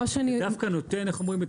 זה דווקא נותן, איך אומרים?